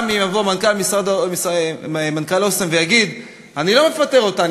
שגם אם יבוא מנכ"ל "אסם" ויגיד: אני לא מפטר אותם,